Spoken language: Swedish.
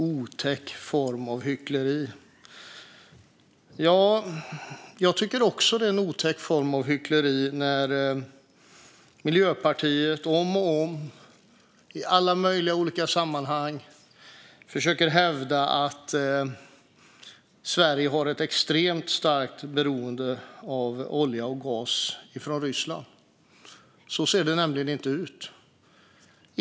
Jag tycker att det också är en otäck form av hyckleri när Miljöpartiet om och om igen, i alla möjliga olika sammanhang, försöker hävda att Sverige har ett extremt starkt beroende av olja och gas från Ryssland. Så ser det nämligen inte ut.